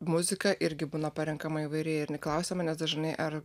muzika irgi būna parenkama įvairi ir jinai neklausia manęs dažnai ar